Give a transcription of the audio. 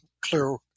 clear